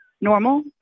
normal